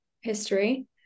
history